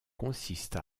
consiste